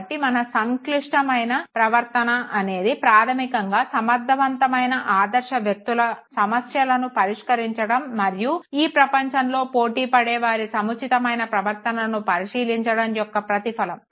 కాబట్టి మన సంక్లిస్తమైన ప్రవర్తన అనేది ప్రాధమికంగా సమర్ధవంతమైన ఆదర్శ వ్యక్తుల సమస్యలను పరిష్కరించడం మరియు ఈ ప్రపంచంతో పోటీపడే వారి సముచితమైన ప్రవర్తనను పరిశీలించడం యొక్క ప్రతిఫలం